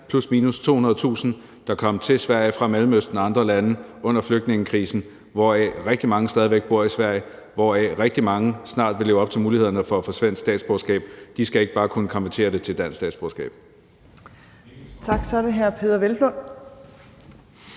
plus/minus 200.000, der kom til Sverige fra lande i Mellemøsten og andre lande under flygtningekrisen, hvoraf rigtig mange stadig væk bor i Sverige, hvoraf rigtig mange snart vil leve op til muligheden for at få statsborgerskab. De skal ikke bare kunne konvertere det til et dansk statsborgerskab.